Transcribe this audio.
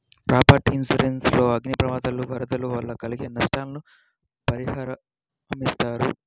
property insurance లో అగ్ని ప్రమాదాలు, వరదలు వల్ల కలిగే నష్టాలకు పరిహారమిస్తారు